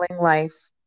life